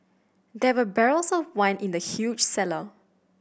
there were barrels of wine in the huge cellar